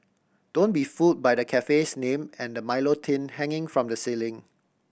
don't be fooled by the cafe's name and the Milo tin hanging from the ceiling